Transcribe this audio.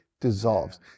dissolves